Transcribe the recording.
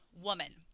woman